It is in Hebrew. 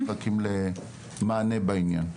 מחכים למענה בעניין.